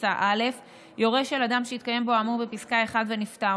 גרסה א': "יורש של אדם שהתקיים בו האמור בפסקה 1 ונפטר,